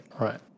Right